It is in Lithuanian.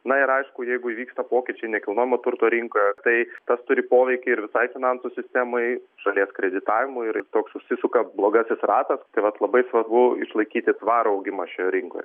na ir aišku jeigu įvyksta pokyčiai nekilnojamo turto rinkoje taip tas turi poveikį ir visai finansų sistemai šalies kreditavimo ir toks užsisuka blogasis ratas tai vat labai svarbu išlaikyti tvarų augimą šioje rinkoje